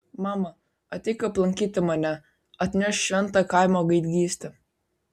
mama ateik aplankyti mane atnešk šventą kaimo gaidgystę